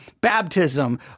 baptism